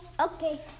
Okay